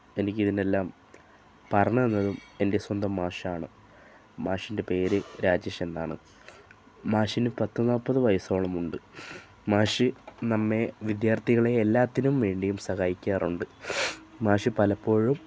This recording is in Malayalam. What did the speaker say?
എനിക്കിതിനെല്ലാം പറഞ്ഞ് തന്നതും എൻ്റെ സ്വന്തം മാഷാണ് മാഷിൻ്റെ പേര് രാജേഷെന്നാണ് മാഷിന് പത്തു നാൽപ്പത് വയസ്സോളമുണ്ട് മാഷ് നമ്മളെ വിദ്യാർത്ഥികളെ എല്ലാറ്റിനും വേണ്ടിയും സഹായിക്കാറുണ്ട് മാഷ് പലപ്പോഴും